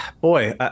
boy